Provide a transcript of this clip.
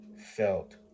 felt